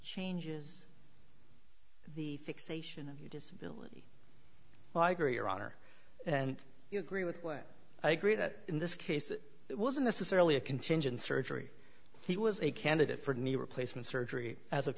changes the fixation of your disability well i agree your honor and you agree with what i agree that in this case it wasn't necessarily a contingency surgery he was a candidate for knee replacement surgery as of